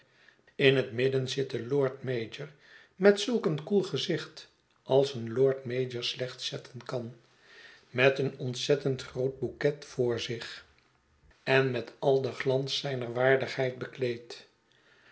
in het midden zit de lord-mayor met zulk een koel gezicht als een lord-mayor slechts zetten kan met een ontzettend groot bouquet voor zich en met al den gians zijner waardigheid bekleed